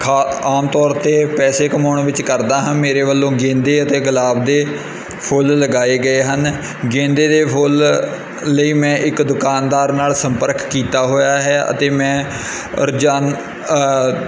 ਖਾ ਆਮ ਤੌਰ 'ਤੇ ਪੈਸੇ ਕਮਾਉਣ ਵਿੱਚ ਕਰਦਾ ਹਾਂ ਮੇਰੇ ਵੱਲੋਂ ਗੇਂਦੇ ਅਤੇ ਗੁਲਾਬ ਦੇ ਫੁੱਲ ਲਗਾਏ ਗਏ ਹਨ ਗੇਂਦੇ ਦੇ ਫੁੱਲ ਲਈ ਮੈਂ ਇੱਕ ਦੁਕਾਨਦਾਰ ਨਾਲ ਸੰਪਰਕ ਕੀਤਾ ਹੋਇਆ ਹੈ ਅਤੇ ਮੈਂ ਰੋਜਾਨ